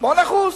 8%?